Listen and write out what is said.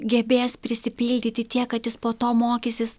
gebės prisipildyti tiek kad jis po to mokysis